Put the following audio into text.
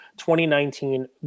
2019